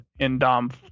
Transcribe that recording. Indom